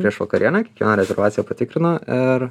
prieš vakarienę kiekvieną rezervaciją patikrina ir